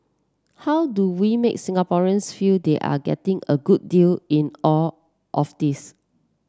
how do we make Singaporeans feel they are getting a good deal in all of this